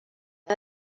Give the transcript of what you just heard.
una